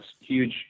huge